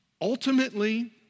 Ultimately